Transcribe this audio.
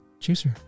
Juicer